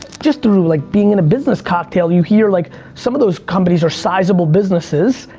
just through like being in a business cocktail you hear like some of those companies are sizable businesses.